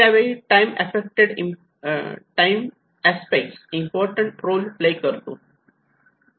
त्यावेळी time aspect important role play करतो